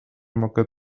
mogę